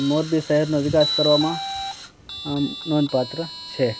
મોરબી શહેરનો વિકાસ કરવામાં નોંધપાત્ર છે